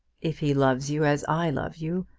if he loves you as i love you,